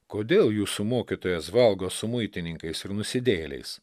kodėl jūsų mokytojas valgo su muitininkais ir nusidėjėliais